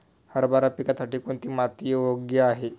हरभरा पिकासाठी कोणती माती योग्य आहे?